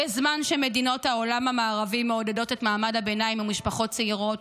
בזמן שמדינות העולם המערבי מעודדות את מעמד הביניים ומשפחות צעירות,